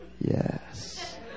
Yes